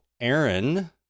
Aaron